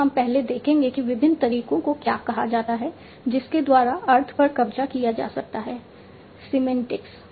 तो हम पहले देखेंगे कि विभिन्न तरीकों को क्या कहा जाता है जिसके द्वारा अर्थ पर कब्जा किया जा सकता है सीमेन्टिक्स